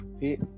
hey